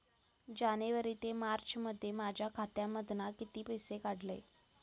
जानेवारी ते मार्चमध्ये माझ्या खात्यामधना किती पैसे काढलय?